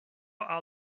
are